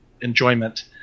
enjoyment